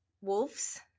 wolves